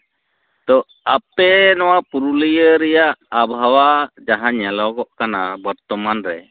ᱛᱚ ᱟᱯᱮ ᱱᱚᱣᱟ ᱯᱩᱨᱩᱞᱤᱭᱟᱹ ᱨᱮᱭᱟᱜ ᱟᱵᱦᱟᱣᱟ ᱡᱟᱦᱟᱸ ᱧᱮᱞᱚᱜᱚᱜ ᱠᱟᱱᱟ ᱵᱚᱨᱛᱚᱢᱟᱱ ᱨᱮ